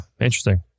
interesting